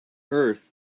earth